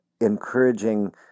encouraging